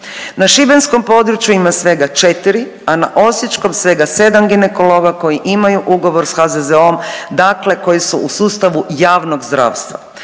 Na šibenskom području ima svega četiri, a na osječkom svega sedam ginekologa koji imaju ugovor s HZZO-om, dakle koji su u sustavu javnog zdravstva.